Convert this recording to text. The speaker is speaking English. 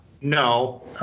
No